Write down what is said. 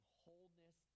wholeness